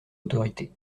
autorité